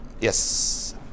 yes